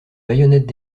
baïonnettes